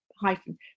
hyphen